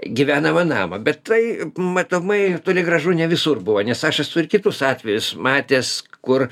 gyvenamą namą bet tai matomai toli gražu ne visur buvo nes aš esu ir kitus atvejus matęs kur